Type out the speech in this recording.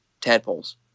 tadpoles